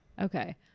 Okay